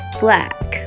black